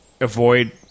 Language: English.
avoid